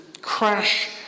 crash